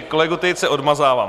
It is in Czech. Kolegu Tejce odmazávám.